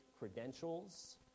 credentials